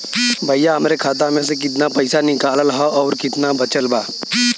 भईया हमरे खाता मे से कितना पइसा निकालल ह अउर कितना बचल बा?